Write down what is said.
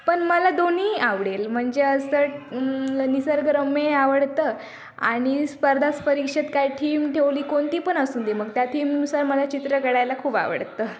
पण मला दोन्हीही आवडेल म्हणजे असं निसर्गरम्यही आवडतं आणि स्पर्धा परीक्षेत काही थीम ठेवली कोणती पण असू दे मग त्या थीमनुसार मला चित्र काढायला खूप आवडतं